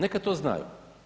Neka to znaju.